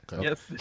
Yes